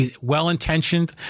well-intentioned